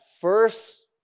first